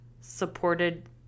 supported